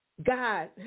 God